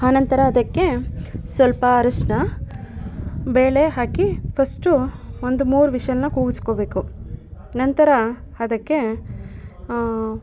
ಆನಂತರ ಅದಕ್ಕೆ ಸ್ವಲ್ಪ ಅರಿಶ್ಣ ಬೇಳೆ ಹಾಕಿ ಫಸ್ಟು ಒಂದು ಮೂರು ವಿಶಲನ್ನು ಕೂಗಿಸ್ಕೊಬೇಕು ನಂತರ ಅದಕ್ಕೆ